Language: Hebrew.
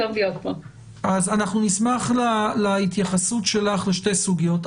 אז אנחנו נשמח להתייחסות שלך לשתי סוגיות,